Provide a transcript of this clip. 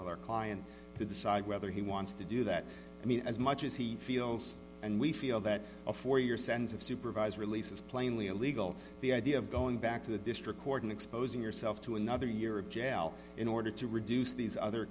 with our client to decide whether he wants to do that i mean as much as he feels and we feel that a for your sense of supervised release is plainly illegal the idea of going back to the district court and exposing yourself to another year of jail in order to reduce these other